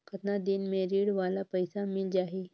कतना दिन मे ऋण वाला पइसा मिल जाहि?